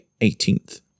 18th